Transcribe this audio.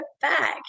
back